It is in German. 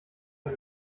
ist